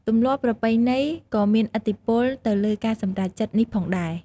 ទម្លាប់ប្រពៃណីក៏មានឥទ្ធិពលទៅលើការសម្រេចចិត្តនេះផងដែរ។